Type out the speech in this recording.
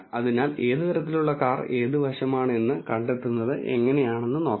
അതിനാൽ ഏത് തരത്തിലുള്ള കാർ ഏത് വശമാണ് എന്ന് കണ്ടെത്തുന്നത് എങ്ങനെയെന്ന് നോക്കാം